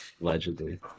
Allegedly